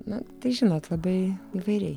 na tai žinot labai įvairiai